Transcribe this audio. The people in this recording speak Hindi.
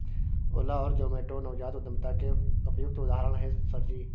ओला और जोमैटो नवजात उद्यमिता के उपयुक्त उदाहरण है सर जी